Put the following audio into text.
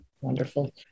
Wonderful